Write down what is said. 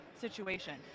situation